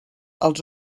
els